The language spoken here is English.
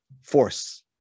force